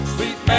Sweet